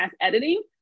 editing